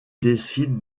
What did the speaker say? décident